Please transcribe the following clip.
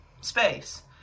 space